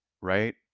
right